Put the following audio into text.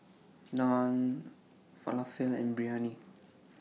Naan Falafel and Biryani